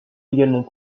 également